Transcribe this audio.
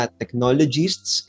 technologists